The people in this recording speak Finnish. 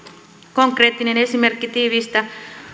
konkreettinen esimerkki tiiviistä